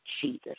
Jesus